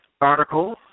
article